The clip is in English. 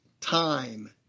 time